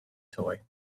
toy